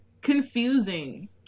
confusing